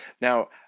Now